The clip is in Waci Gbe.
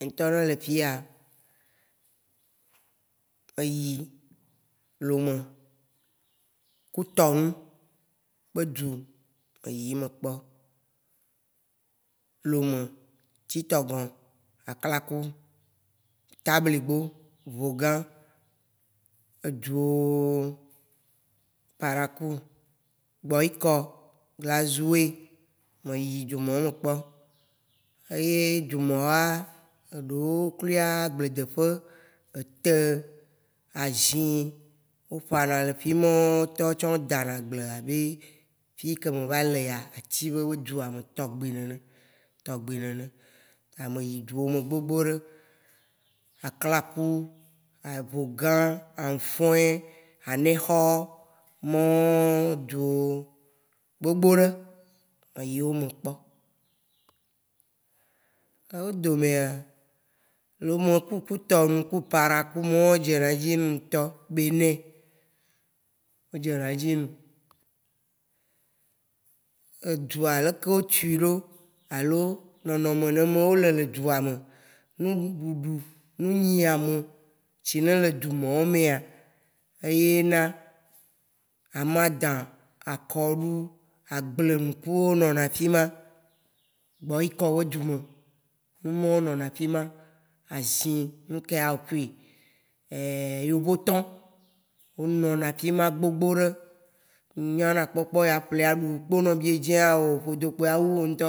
Nye ŋtɔ ɖe le fia, me yi lome ku tɔŋu kpe dzi, me yi me kpɔ. Lome tsitɔgɔ̃, aklaku, tabligbo, vogã, edzuoo, paraku, boikɔ, glazue, nɔ yi dzume nɔ kpɔ, eye dzume wa, eɖeo klui a- gblede ƒe, ete, azi, o ƒana le fimao wo ŋtɔ o tsã o da na agblea be fike ŋ. me va lea, atsi be dzuame tɔgbi nene, tɔgbi nene. Me yi dzuo me gbogbo ɖe. Aklaku, vogã, anfuẽ, anehɔ, mɔ̃ dzuo gbogbo ɖe. Me yi o me kpɔ. Wo domea, lome ku kutɔnu ku paraku mɔ̃ o dze na dzim ŋtɔ, benɛ, o dze na dzim. Edzua leke o tui ɖo alo nɔnɔ me ne mɔ̃ o le dzume. Nu bu bu bu me hiã mɔ, shi ne le dzumɔ o mea, eye na amadã, akɔɖu, agble ŋkuo nɔna fima bɔikɔ be dzume numɔ o nɔna fima. Azi ŋkɛ ya ƒui, yovo tɔ̃, o nɔna fima gbogbo ɖe, o nya na kpɔkpɔ oya ƒle ya ɖu kpono, biedzɛa o ƒodo kpo ya wu woŋtɔ,